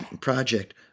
project